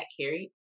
carried